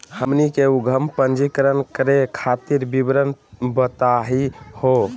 हमनी के उद्यम पंजीकरण करे खातीर विवरण बताही हो?